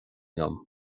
liom